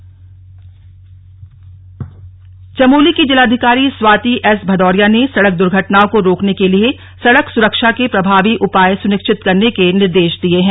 slug सड़क सुरक्षा बैठक चमोली की जिलाधिकारी स्वाति एस भदौरिया ने सड़क दुर्घटनाओं को रोकने के लिए सड़क सुरक्षा के प्रभावी उपाय सुनिश्चित करने के निर्देश दिये है